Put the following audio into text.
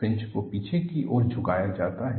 fringe को पीछे की ओर झुकाया जाता है